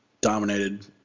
dominated